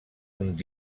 uns